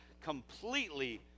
completely